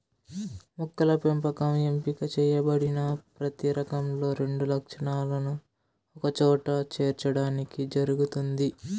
మొక్కల పెంపకం ఎంపిక చేయబడిన ప్రతి రకంలో రెండు లక్షణాలను ఒకచోట చేర్చడానికి జరుగుతుంది